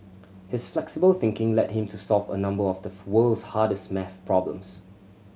his flexible thinking led him to solve a number of the world's hardest maths problems